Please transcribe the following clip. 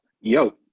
Yo